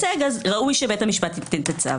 ראוי שבית המשפט ייתן את הצו.